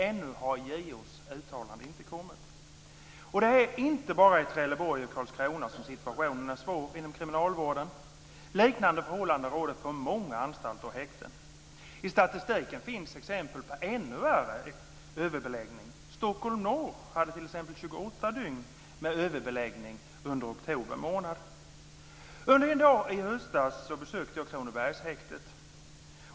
Ännu har JO:s uttalande inte kommit. Det är inte bara i Trelleborg och Karlskrona som situationen är svår inom kriminalvården. Liknande förhållanden råder på många anstalter och häkten. I statistiken finns exempel på ännu värre överbeläggning. Stockholm Norr hade t.ex. 28 dygn med överbeläggning under oktober månad. Under en dag i höstas besökte jag Kronobergshäktet.